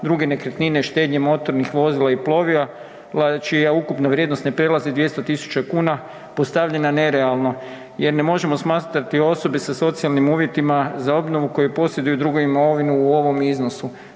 druge nekretnine, štednje motornih vozila i plovila čija ukupna vrijednost ne prelazi 200 000 kn, postavljena nerealno jer ne možemo smatrati osobe sa socijalnim uvjetima za obnovu koju posjeduju drugu imovinu u ovom iznosu,